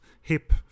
hip